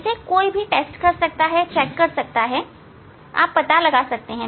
इसे कोई भी जांच सकता है पता लगा सकता है